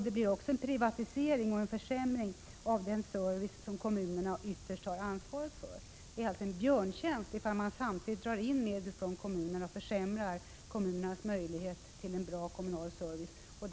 Det blir också en ökad privatisering och en försämring av den service som kommunernaytterst har ansvar för. Det vore alltså att göra kommunerna en björntjänst, om man drog in medel från dem och därmed försämrade deras möjligheter till en god service åt medborgarna.